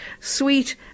sweet